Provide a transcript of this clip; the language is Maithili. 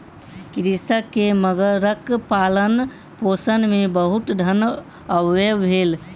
कृषक के मगरक पालनपोषण मे बहुत धन व्यय भेल